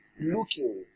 Looking